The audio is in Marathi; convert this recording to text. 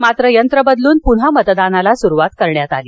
मात्र मशीन बदलून पुन्हा मतदानाला सुरुवात करण्यात आली